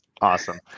Awesome